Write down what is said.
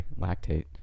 lactate